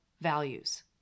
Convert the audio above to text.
values